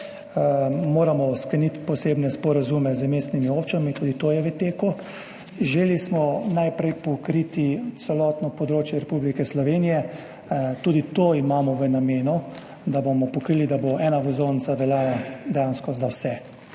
moramo posebne sporazume z mestnimi občinami. Tudi to je v teku. Najprej smo želeli pokriti celotno področje Republike Slovenije, tudi to imamo namen, da bomo pokrili, da bo ena vozovnica veljala dejansko za vse.